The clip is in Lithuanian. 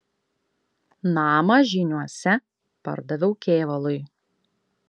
namą žyniuose pardaviau kėvalui